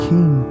King